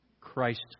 Christ